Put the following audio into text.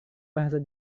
bahasa